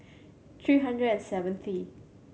three hundred and Seventh